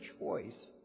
choice